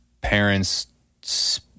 parents